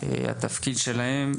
התפקיד שלהם,